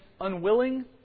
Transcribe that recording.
unwilling